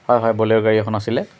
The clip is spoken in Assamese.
হয় হয় ব'লেৰ' গাড়ী এখন আছিলে